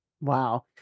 wow